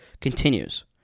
continues